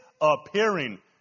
appearing